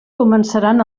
començaran